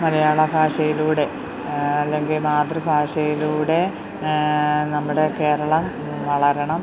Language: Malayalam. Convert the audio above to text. മലയാളഭാഷയിലൂടെ അല്ലെങ്കിൽ മാതൃഭാഷയിലൂടെ നമ്മുടെ കേരളം വളരണം